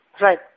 Right